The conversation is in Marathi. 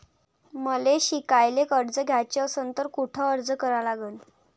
मले शिकायले कर्ज घ्याच असन तर कुठ अर्ज करा लागन?